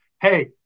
hey